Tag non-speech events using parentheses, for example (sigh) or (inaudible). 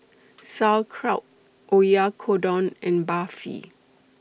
Sauerkraut Oyakodon and Barfi (noise)